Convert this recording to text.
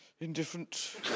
Indifferent